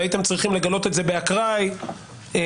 והייתם צריכים לגלות את זה באקראי בתיק.